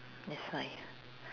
that's why